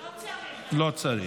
לא צריך.